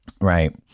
right